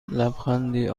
لبخندی